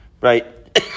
right